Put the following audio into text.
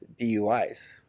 DUIs